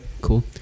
cool